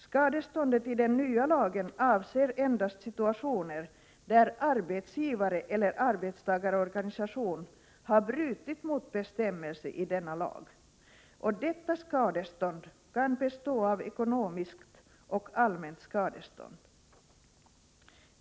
Skadeståndet i den nya lagen avser endast situationer där arbetsgivare eller arbetstagarorganisation har brutit mot bestämmelser i denna lag och kan bestå av ekonomiskt och allmänt skadestånd.